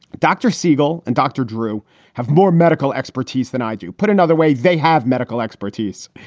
dr. siegel and dr. drew have more medical expertise than i do. put another way, they have medical expertise.